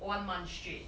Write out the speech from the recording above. one month straight